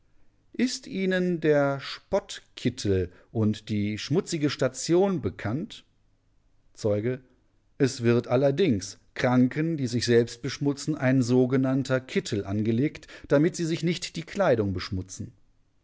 ist ihnen der spottkittel und die schmutzige station bekannt zeuge es wird allerdings kranken die sich selbst beschmutzen ein sogenannter kittel angelegt damit sie sich nicht die kleidung beschmutzen